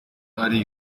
ari